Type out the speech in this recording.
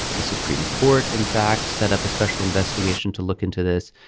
the supreme court in fact set up a special investigation to look into this.